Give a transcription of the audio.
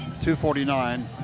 249